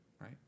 Right